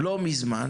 לא מזמן,